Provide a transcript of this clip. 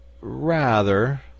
Rather